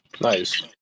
Nice